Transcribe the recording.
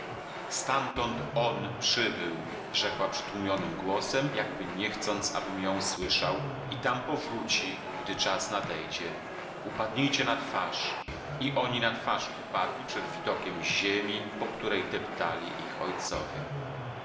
stamtąd on przybył rzekła przytłumionym głosem jakby niechcąc abym ja słyszał i tam powróci gdy czas nadejdzie upadnijcie na twarz i oni na twarz upadli przed widokiem ziemi po której deptali ich ojcowie